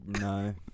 No